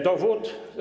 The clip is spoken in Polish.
Dowód?